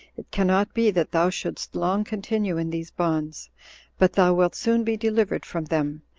it cannot be that thou shouldst long continue in these bonds but thou wilt soon be delivered from them,